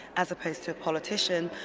as opposed to a politician.